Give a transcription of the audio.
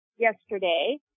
yesterday